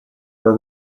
were